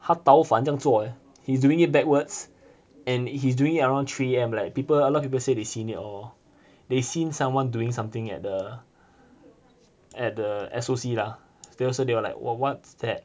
他倒反这样做 eh he is doing it backwards and he is doing it around three A_M like people a lot of people say they seen it or they seen someone doing something at the at the S_O_C lah so so they were like !whoa! what's that